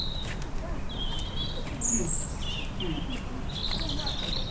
ᱦᱩᱸ ᱦᱮᱸ ᱦᱳ